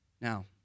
Now